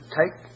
take